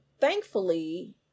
thankfully